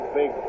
big